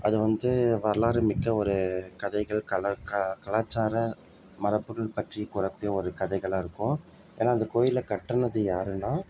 அது வந்து வரலாறுமிக்க ஒரு கதைகள் கல க கலாச்சார மரபுகள் பற்றி கூறக்கூடிய ஒரு கதைகளாக இருக்கும் ஏன்னால் அந்த கோயிலை கட்டினது யாருனால்